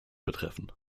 betreffen